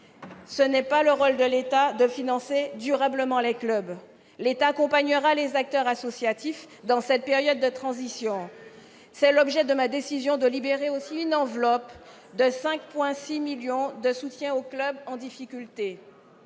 ce n'est pas le rôle de l'État de financer durablement les clubs. L'État accompagnera les acteurs associatifs dans cette période de transition- c'est pourquoi j'ai décidé de libérer une enveloppe de 5,6 millions d'euros pour le soutien aux clubs en difficulté